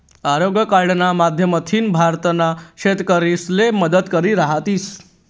आरोग्य कार्डना माध्यमथीन भारतना शेतकरीसले मदत करी राहिनात